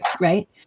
right